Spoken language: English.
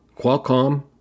Qualcomm